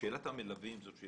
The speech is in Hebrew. תחלופה גדולה במלווים.